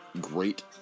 great